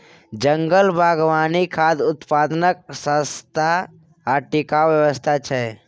जंगल बागवानी खाद्य उत्पादनक सस्ता आ टिकाऊ व्यवस्था छै